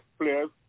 players